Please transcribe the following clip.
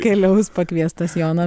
keliaus pakviestas jono